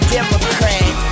Democrat